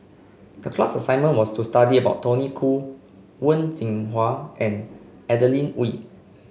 the class assignment was to study about Tony Khoo Wen Jinhua and Adeline Ooi